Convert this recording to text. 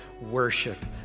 worship